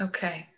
Okay